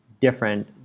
different